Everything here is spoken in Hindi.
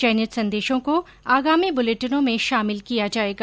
चयनित संदेशों को आगामी बुलेटिनों में शामिल किया जाएगा